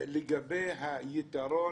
לגבי היתרון